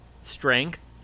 strength